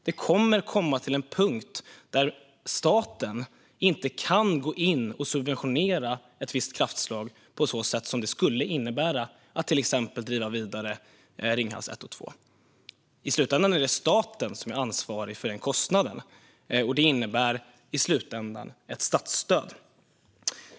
Det kommer att komma till en punkt där staten inte kan gå in och subventionera ett visst kraftslag på det sätt som skulle krävas för att till exempel driva Ringhals 1 och 2 vidare. I slutänden är det staten som är ansvarig för den kostnaden, och det innebär ett statsstöd.